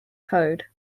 code